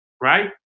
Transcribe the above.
right